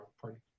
party